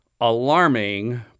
alarming